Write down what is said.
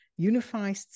unified